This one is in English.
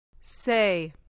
Say